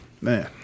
Man